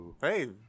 Hey